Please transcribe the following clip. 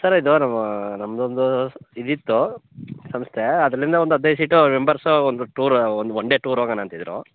sir ಇದು ನಮ್ಮ ನಮ್ಮದೊಂದು ಇದಿತ್ತು ಸಂಸ್ಥೆ ಅದರಿಂದ ಒಂದು ಹದ್ನೈದು ಸೀಟು ಮೆಂಬರ್ಸು ಒಂದು tour one one day tour ಹೋಗೋಣ ಅಂತಿದ್ದರು